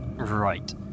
right